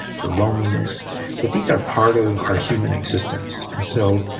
for loneliness that these are part of our human existence. and so,